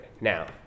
now